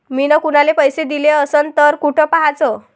मिन कुनाले पैसे दिले असन तर कुठ पाहाचं?